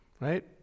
Right